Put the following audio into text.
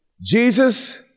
Jesus